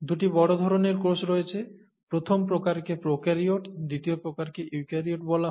দুটি বড় ধরণের কোষ রয়েছে প্রথম প্রকারকে প্রোক্যারিওট দ্বিতীয় প্রকারকে ইউক্যারিওট বলা হয়